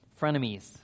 frenemies